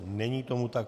Není tomu tak.